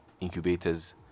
incubators